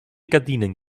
gardinen